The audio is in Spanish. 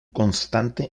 constante